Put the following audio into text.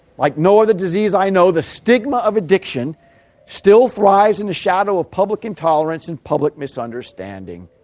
like no other disease i know the stigma of addiction still thrives in the shadow of public intolerance and public misunderstanding.